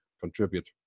contribute